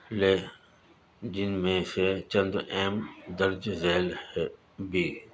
لے جن میں سے چند اہم درج ذیل ہے بھی